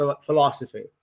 philosophy